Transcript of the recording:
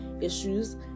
issues